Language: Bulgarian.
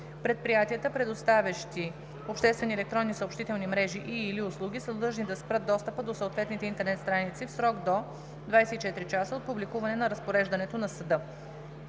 Предприятията, предоставящи обществени електронни съобщителни мрежи и/или услуги, са длъжни да спрат достъпа до съответните интернет страници в срок до 24 часа от публикуване на разпореждането на съда.